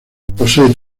posee